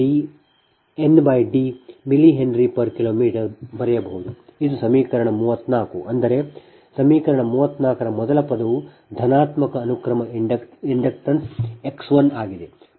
2ln DnD mHKm ಬರೆಯಬಹುದು ಇದು ಸಮೀಕರಣ 34 ಅಂದರೆ ಸಮೀಕರಣದ 34 ರ ಮೊದಲ ಪದವು ಧನಾತ್ಮಕ ಅನುಕ್ರಮ ಇಂಡಕ್ಟನ್ಸ್ X 1 ಆಗಿದೆ